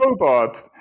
robot